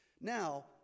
Now